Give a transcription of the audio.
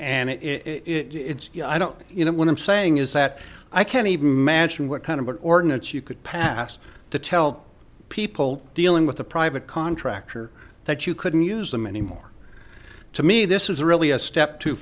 it's i don't you know what i'm saying is that i can't even imagine what kind of an ordinance you could pass to tell people dealing with the private contractor that you couldn't use them anymore to me this is really a step too